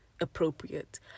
appropriate